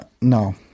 No